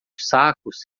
sacos